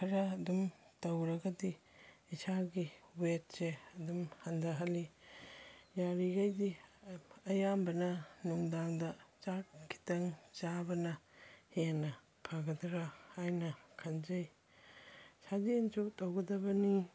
ꯈꯔ ꯑꯗꯨꯝ ꯇꯧꯔꯒꯗꯤ ꯏꯁꯥꯒꯤ ꯋꯦꯠꯁꯦ ꯑꯗꯨꯝ ꯍꯟꯗꯍꯜꯂꯤ ꯌꯥꯔꯤꯒꯩꯗꯤ ꯑꯌꯥꯝꯕꯅ ꯅꯨꯡꯗꯥꯡꯗ ꯆꯥꯛ ꯈꯤꯇꯪ ꯆꯥꯕꯅ ꯍꯦꯟꯅ ꯐꯥꯒꯗ꯭ꯔꯥ ꯍꯥꯏꯅ ꯈꯟꯖꯩ ꯁꯥꯖꯦꯟꯁꯨ ꯇꯧꯒꯗꯕꯅꯤ